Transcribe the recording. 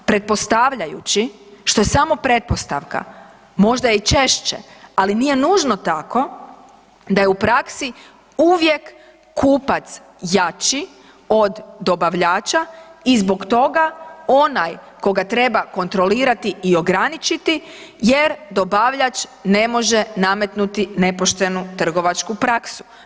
Pretpostavljajući, što je samo pretpostavka možda i češće, ali nije nužno tako da je u praksi uvijek kupac jači od dobavljača i zbog toga onaj koga treba kontrolirati i ograničiti jer dobavljač ne može nametnuti nepoštenu trgovačku praksu.